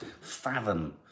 fathom